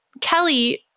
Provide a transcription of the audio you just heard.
kelly